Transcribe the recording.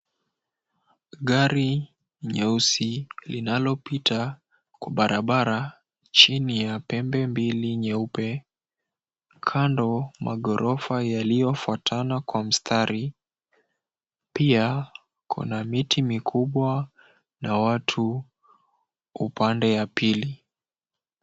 Gari nyeusi linalopita kwa barabara chini ya pembe mbili nyeupe, kando magorofa yaliyofuatana kwa mstari pia kuna miti mikubwa na watu upande ya pili.